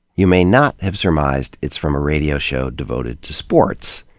you may not have surmised it's from a radio show devoted to sports.